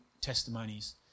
testimonies